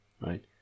right